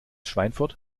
schweinfurt